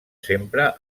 sempre